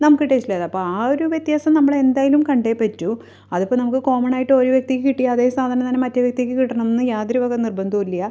നമുക്ക് ടേസ്റ്റില്ല അപ്പം ആ ഒരു വ്യത്യാസം നമ്മൾ എന്തായാലും കണ്ടേ പറ്റൂ അതിപ്പോൾ നമ്മൾക്ക് കോമണായിട്ടൊരു വ്യക്തിക്ക് കിട്ടിയ അതെ സാധനം തന്നെ മറ്റേ വ്യക്തിക്ക് കിട്ടണമെന്ന് യാതൊരു വക നിർബന്ധവുമില്ല